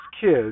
kids